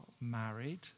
married